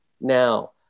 now